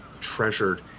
treasured